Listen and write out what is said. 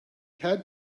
had